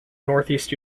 northeast